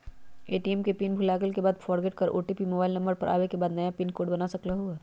ATM के pin भुलागेल के बाद फोरगेट कर ओ.टी.पी मोबाइल नंबर पर आवे के बाद नया पिन कोड बना सकलहु ह?